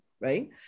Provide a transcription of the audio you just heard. right